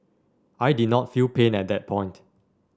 I did not feel pain at that point